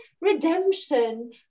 redemption